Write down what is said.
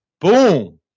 boom